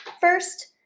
first